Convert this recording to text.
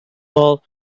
all